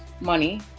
money